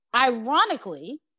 Ironically